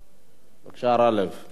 שלוש דקות לרשותך.